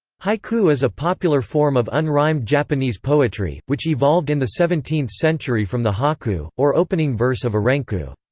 haiku is a popular form of unrhymed japanese poetry, which evolved in the seventeenth century from the hokku, or opening verse of a renku.